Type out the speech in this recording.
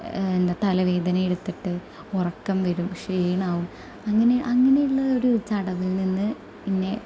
എന്താ തലവേദന എടുത്തിട്ട് ഉറക്കം വരും ക്ഷീണമാകും അങ്ങനെ അങ്ങനെ ഉള്ള ഒരു ചടങ്ങിൽ നിന്നു തന്നെ